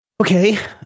Okay